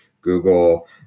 Google